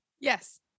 yes